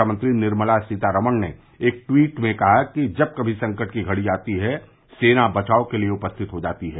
खामंत्री निर्मला सीतारामन ने एक ट्वीट में कहा कि जब कमी संकट की घड़ी आती है सेना बचाव के लिए उपस्थित हो जाती है